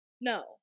No